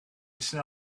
jij